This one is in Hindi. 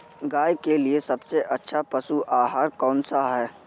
गाय के लिए सबसे अच्छा पशु आहार कौन सा है?